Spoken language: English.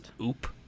Oop